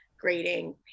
grading